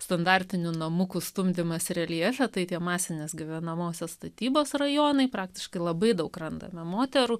standartinių namukų stumdymas reljefe tai tie masinės gyvenamosios statybos rajonai praktiškai labai daug randame moterų